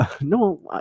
no